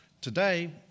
today